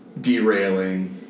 derailing